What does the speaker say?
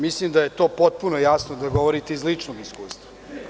Mislim da je to potpuno jasno da to govorite iz ličnog iskustva.